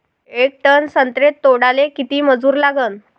येक टन संत्रे तोडाले किती मजूर लागन?